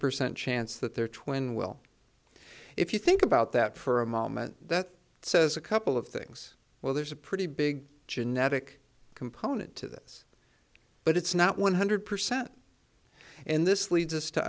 percent chance that their twin will if you think about that for a moment that says a couple of things well there's a pretty big genetic component to this but it's not one hundred percent and this leads us to